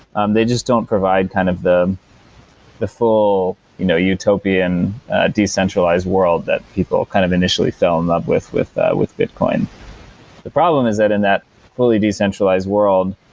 um they just don't provide kind of the the full you know utopian decentralized world that people kind of initially fell in love with with that with bitcoin the problem is that in that fully decentralized world,